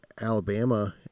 Alabama